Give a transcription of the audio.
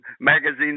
magazines